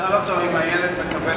ואתן לך את הנייר אחר כך,